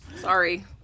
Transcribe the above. Sorry